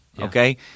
okay